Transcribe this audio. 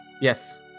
Yes